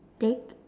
take